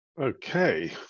Okay